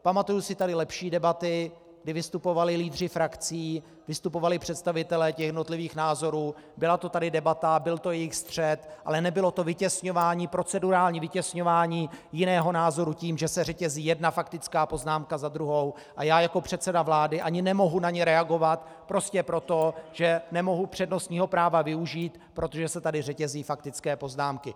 Pamatuji si tady lepší debaty, kdy vystupovali lídři frakcí, vystupovali představitelé těch jednotlivých názorů, byla to tady debata, byl to jejich střet, ale nebylo to vytěsňování, procedurální vytěsňování jiného názoru tím, že se řetězí jedna faktická poznámka za druhou a já jako předseda vlády ani nemohu na ně reagovat prostě proto, že nemohu přednostního práva využít, protože se tady řetězí faktické poznámky.